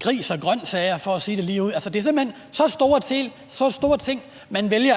gris og grøntsager for at sige det lige ud. Altså, det er simpelt hen så store ting, man vælger